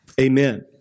Amen